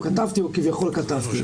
או כתבתי או כביכול כתבתי.